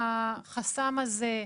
החסם הזה,